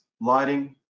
lighting